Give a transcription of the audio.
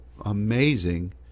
amazing